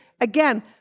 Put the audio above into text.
again